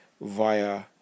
via